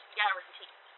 guaranteed